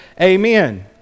Amen